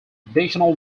additional